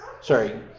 sorry